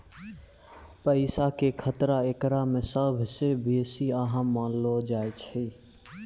पैसा के खतरा एकरा मे सभ से बेसी अहम मानलो जाय छै